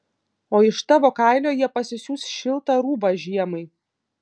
o iš tavo kailio jie pasisiūs šiltą rūbą žiemai